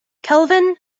kelvin